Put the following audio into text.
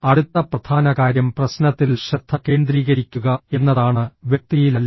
അടുത്ത പ്രധാന കാര്യം പ്രശ്നത്തിൽ ശ്രദ്ധ കേന്ദ്രീകരിക്കുക എന്നതാണ് വ്യക്തിയിലല്ല